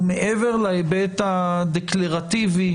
ומעבר להיבט הדקלרטיבי,